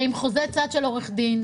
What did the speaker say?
עם חוזה צד של עורך דין.